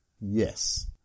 Yes